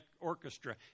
orchestra